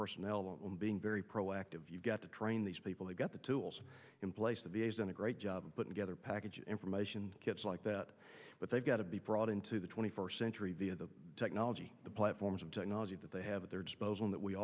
personnel and being very proactive you've got to train these people they've got the tools in place to be is done a great job but together package information gets like that but they've got to be brought into the twenty first century via the technology the platforms of technology that they have at their disposal that we